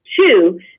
Two